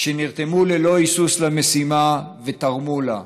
שנרתמו ללא היסוס למשימה ותרמו לה.